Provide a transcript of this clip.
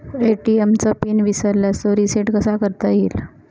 ATM चा PIN विसरल्यास तो रिसेट कसा करता येईल?